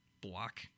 block